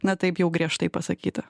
na taip jau griežtai pasakyta